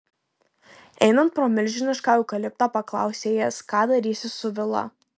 einant pro milžinišką eukaliptą paklausė jis ką darysi su vila